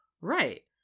Right